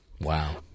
Wow